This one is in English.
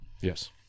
Yes